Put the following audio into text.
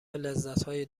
لذتهای